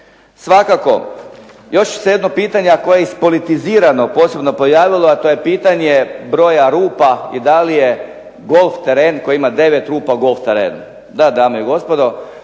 Svakako još će se jedno pitanje a koje je ispolitizirano posebno pojavilo, a to je pitanje broja rupa i da li je golf teren koji ima 9 rupa golf teren. Da, dame i gospodo.